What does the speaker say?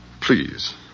Please